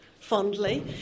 Fondly